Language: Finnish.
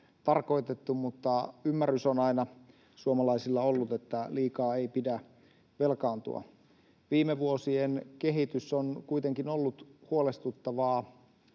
tarkoitettu, mutta ymmärrys on aina suomalaisilla ollut, että liikaa ei pidä velkaantua. Viime vuosien kehitys on kuitenkin ollut huolestuttavaa,